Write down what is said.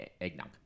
eggnog